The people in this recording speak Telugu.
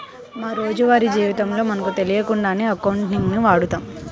మా రోజువారీ జీవితంలో మనకు తెలియకుండానే అకౌంటింగ్ ని వాడతాం